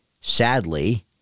sadly